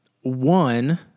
One